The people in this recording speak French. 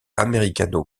américano